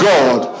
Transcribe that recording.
God